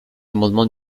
amendement